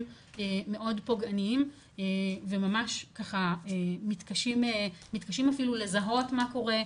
מאוד פוגעניים וממש מתקשים אפילו לזהות מה קורה,